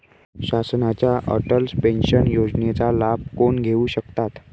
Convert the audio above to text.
शासनाच्या अटल पेन्शन योजनेचा लाभ कोण घेऊ शकतात?